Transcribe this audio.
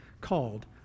called